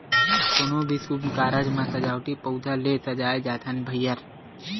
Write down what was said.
कोनो भी सुभ कारज म सजावटी पउधा ले सजाए जाथन भइर